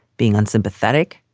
being unsympathetic?